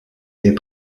est